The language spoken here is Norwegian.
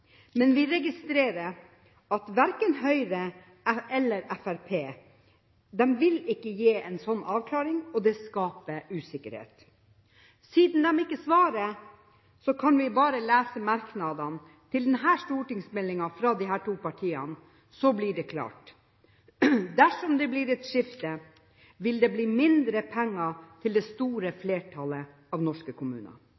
Men vi registrerer at verken Høyre eller Fremskrittspartiet vil gi en sånn avklaring, og det skaper usikkerhet. Siden de ikke svarer, kan vi bare lese merknadene fra disse to partiene til denne stortingsmeldingen, så blir det klart. Dersom det blir et skifte, vil det bli mindre penger til det store